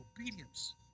obedience